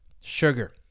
sugar